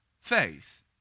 faith